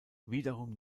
wiederum